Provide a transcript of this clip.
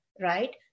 Right